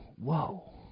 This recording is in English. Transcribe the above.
Whoa